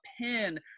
pin